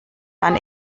dann